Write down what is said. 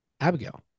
Abigail